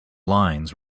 lines